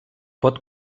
pot